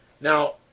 Now